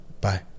Bye